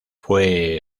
fue